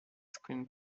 screen